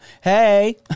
Hey